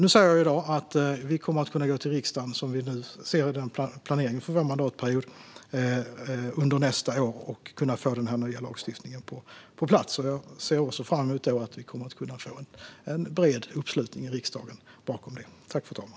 Nu säger jag alltså att vi enligt planeringen för vår mandatperiod kommer att kunna gå till riksdagen med den här lagstiftningen under nästa år och få den på plats. Jag ser fram emot att vi kommer att kunna få en bred uppslutning bakom den i riksdagen.